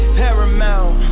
paramount